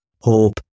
hope